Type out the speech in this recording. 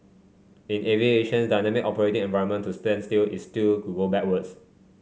in aviation's dynamic operating environment to stand still is to go backwards